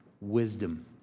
wisdom